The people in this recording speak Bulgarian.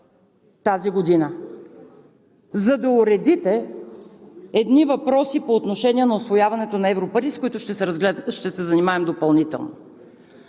2020 г., за да уредите едни въпроси по отношение на усвояването на европари, с които ще се занимаем допълнително.